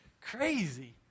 crazy